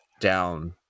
down